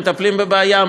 מטפלים בבעיה,